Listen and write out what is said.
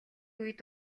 үед